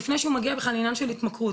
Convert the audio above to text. לפני שהוא מגיע בכלל לעניין של התמכרות.